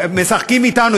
משחקים אתנו,